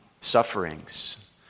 sufferings